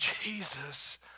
Jesus